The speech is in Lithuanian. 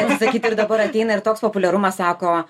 sakyt ir dabar ateina ir toks populiarumas sako